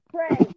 Pray